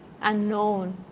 unknown